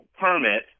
permit